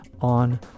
on